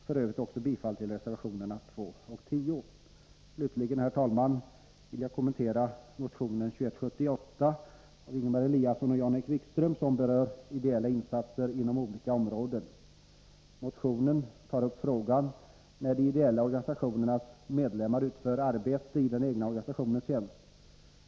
För övrigt yrkar jag bifall även till reservationerna 2 och 10. Slutligen, herr talman, vill jag kommentera motion 2178 av Ingemar Eliasson och Jan-Erik Wikström, som berör ideella insatser på olika områden. Motionen tar upp frågan om det arbete som medlemmar av en ideell organisation utför i den egna organisationens tjänst.